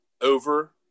over